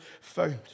found